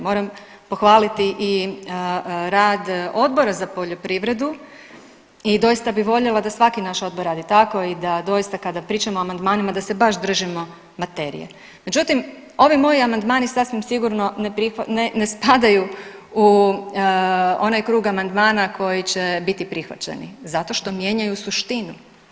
Moram pohvaliti i rad Odbora za poljoprivredu i doista bi voljela da svaki naš odbor radi tako i da doista kada pričamo o amandmanima da se baš držimo materije, međutim ovi moji amandmani sasvim sigurno ne spadaju u onaj krug amandmana koji će biti prihvaćeni zato što mijenjaju suštinu.